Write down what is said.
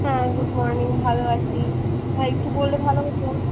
হ্যাঁ good morning ভালো আছি হ্যাঁ একটু বললে ভালো হতো